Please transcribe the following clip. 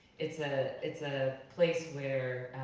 it's ah it's a place where